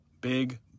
Big